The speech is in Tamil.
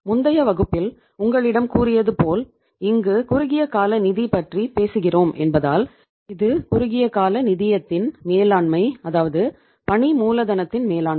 முந்தைய வகுப்பில் உங்களிடம் கூறியது போல் இங்கு குறுகிய கால நிதி பற்றி பேசுகிறோம் என்பதால் இது குறுகிய கால நிதியத்தின் மேலாண்மை அதாவது பணி மூலதனத்தின் மேலாண்மை